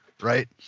right